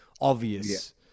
obvious